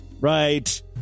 right